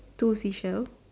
two seashell